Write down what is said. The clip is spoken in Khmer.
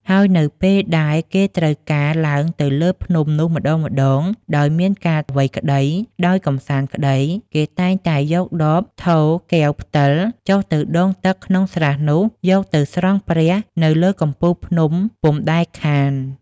ហើយនៅពេលដែលគេត្រូវការឡើងទៅលើភ្នំនោះម្ដងៗ ដោយមានការអ្វីក្ដី ដោយកម្សាន្តក្ដី គេតែងតែយកដប ថូ កែវ ផ្តិល ចុះទៅដងទឹកក្នុងស្រះនោះ យកទៅស្រង់ព្រះ នៅលើកំពូលភ្នំពុំដែលខាន ។